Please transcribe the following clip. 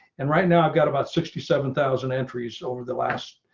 and right now, i've got about sixty seven thousand entries over the last